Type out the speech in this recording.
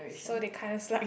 so they can't slide